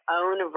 own